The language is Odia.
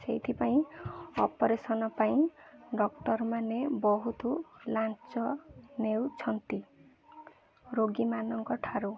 ସେଇଥିପାଇଁ ଅପରେସନ୍ ପାଇଁ ଡକ୍ଟର୍ ମାନେ ବହୁତ ଲାଞ୍ଚ ନେଉଛନ୍ତି ରୋଗୀମାନଙ୍କ ଠାରୁ